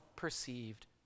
perceived